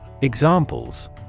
Examples